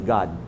God